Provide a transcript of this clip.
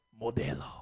Modelo